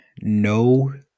no